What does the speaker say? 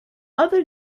other